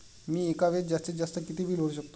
मी एका वेळेस जास्तीत जास्त किती बिल भरू शकतो?